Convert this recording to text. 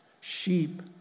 Sheep